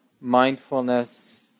mindfulness